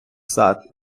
сад